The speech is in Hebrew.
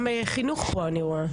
גם חינוך פה, אני רואה.